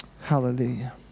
Hallelujah